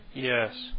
Yes